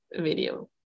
video